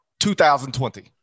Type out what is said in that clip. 2020